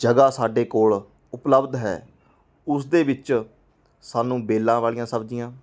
ਜਗ੍ਹਾ ਸਾਡੇ ਕੋਲ ਉਪਲਬਧ ਹੈ ਉਸਦੇ ਵਿੱਚ ਸਾਨੂੰ ਬੇਲਾਂ ਵਾਲੀਆਂ ਸਬਜ਼ੀਆਂ